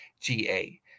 GA